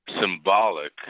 symbolic